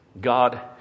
God